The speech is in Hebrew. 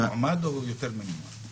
מציעים מועמד או יותר מועמדים?